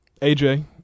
AJ